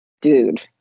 dude